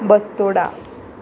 Bastora